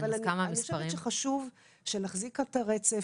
אבל אני חושבת שחשוב שנחזיק את הרצף,